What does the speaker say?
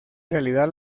realidad